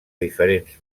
diferents